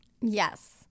Yes